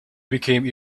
became